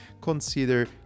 consider